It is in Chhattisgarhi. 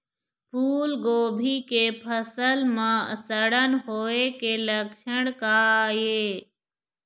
फूलगोभी के फसल म सड़न होय के लक्षण का ये?